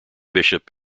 bishop